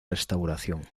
restauración